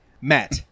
Matt